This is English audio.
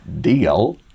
deal